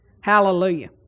Hallelujah